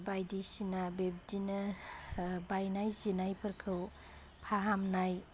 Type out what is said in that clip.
बायदिसिना बिब्दिनो बायनाय जिनायफोरखौ फाहामनाय